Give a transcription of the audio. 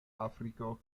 afriko